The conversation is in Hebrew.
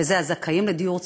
וזה הזכאים לדיור ציבורי,